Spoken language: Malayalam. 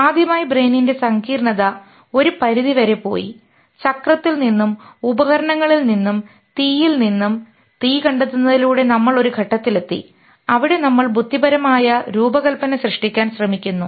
ആദ്യമായി ബ്രെയിനിൻറെ സങ്കീർണ്ണത ഒരു പരിധിവരെ പോയി ചക്രത്തിൽ നിന്നും ഉപകരണങ്ങളിൽ നിന്നും തീയിൽ നിന്നും തീ കണ്ടെത്തുന്നതിലൂടെ നമ്മൾ ഒരു ഘട്ടത്തിലെത്തി അവിടെ നമ്മൾ ബുദ്ധിപരമായ രൂപകൽപ്പന സൃഷ്ടിക്കാൻ ശ്രമിക്കുന്നു